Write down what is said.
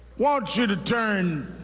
want you to turn